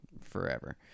forever